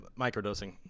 microdosing